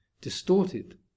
distorted